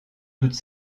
toutes